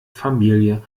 familie